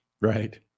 Right